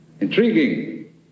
Intriguing